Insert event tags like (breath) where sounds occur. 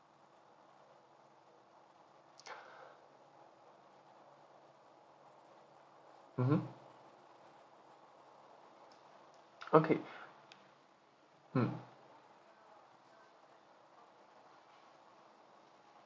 (breath) mmhmm okay (breath) mm